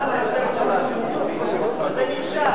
היה ניסיון כזה לעשות את זה בשפה הרוסית וזה נכשל.